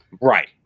Right